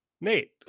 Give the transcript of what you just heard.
nate